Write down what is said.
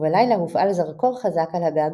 ובלילה הופעל זרקור חזק על הגג,